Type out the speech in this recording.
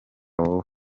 wowe